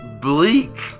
bleak